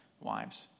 wives